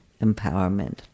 empowerment